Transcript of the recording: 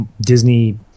Disney